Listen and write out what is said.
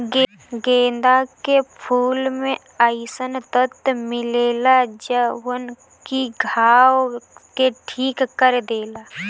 गेंदा के फूल में अइसन तत्व मिलेला जवन की घाव के ठीक कर देला